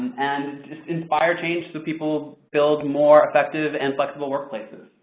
and, just inspire change so people build more effective and flexible workplaces.